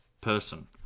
person